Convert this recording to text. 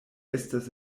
estas